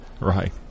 Right